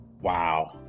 Wow